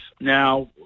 Now